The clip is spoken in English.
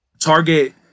Target